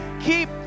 keep